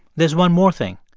there's one more thing.